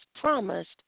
promised